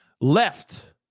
left